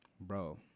Bro